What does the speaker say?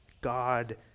God